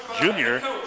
junior